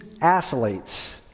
athletes